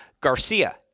Garcia